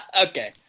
Okay